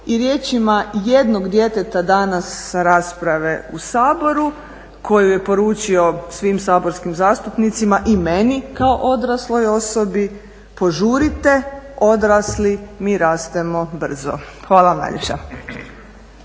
i riječima jednog djeteta danas sa rasprave u Saboru koju je poručio svim saborskim zastupnicima i meni kao odrasloj osobi: požurite odrasli, mi rastemo brzo. Hvala vam